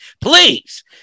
Please